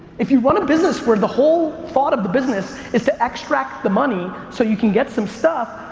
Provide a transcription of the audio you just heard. if you run a business where the whole thought of the business is to extract the money so you can get some stuff,